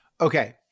Okay